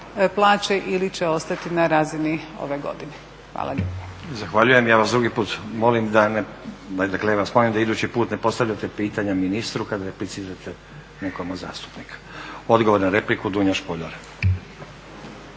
plaće ili će ostati na razini ove godine. Hvala lijepa. **Stazić, Nenad (SDP)** Zahvaljujem. Ja vas drugi put molim da ne, dakle ja vas molim da idući put ne postavljate pitanje ministru kad replicirate nekom od zastupnika. Odgovor na repliku, Dunja Špoljar.